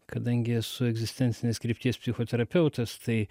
kadangi esu egzistencinės krypties psichoterapeutas tai